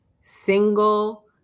single